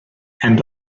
and